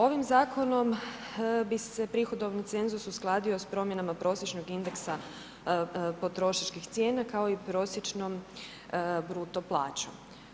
Ovim zakonom bi se prihodovni cenzus uskladio sa promjenama prosječnog indeksa potrošačkih cijena kao i prosječnom bruto plaćom.